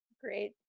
great